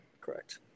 Correct